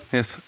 Yes